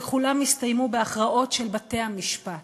וכולם הסתיימו בהכרעות של בתי-המשפט.